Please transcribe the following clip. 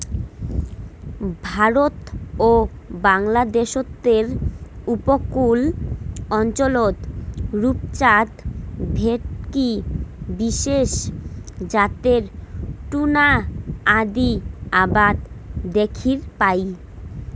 ভারত ও বাংলাদ্যাশের উপকূল অঞ্চলত রূপচাঁদ, ভেটকি বিশেষ জাতের টুনা আদি আবাদ দ্যাখির পাই